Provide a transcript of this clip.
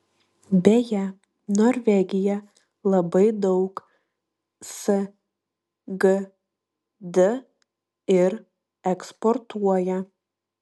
beje norvegija labai daug sgd ir eksportuoja